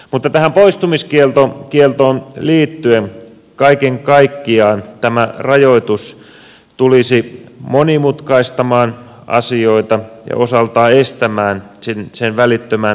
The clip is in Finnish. mutta tähän poistumiskieltoon liittyen kaiken kaikkiaan tämä rajoitus tulisi monimutkaistamaan asioita ja osaltaan estämään sen välittömän täytäntöönpanon